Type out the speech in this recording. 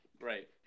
right